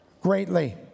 greatly